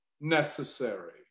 necessary